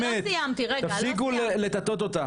תפסיקו לטאטא את הדברים.